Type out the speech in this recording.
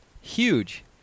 huge